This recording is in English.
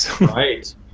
Right